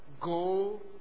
Go